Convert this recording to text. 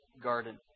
garden